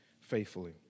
faithfully